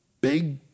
big